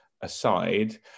aside